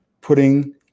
putting